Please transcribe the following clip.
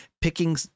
picking